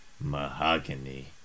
Mahogany